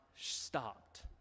stopped